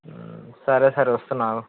సరే సరే వస్తున్నాను ఆగు